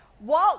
Walt